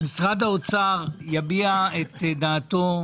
קודם כל משרד האוצר יביע את דעתו.